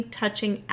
touching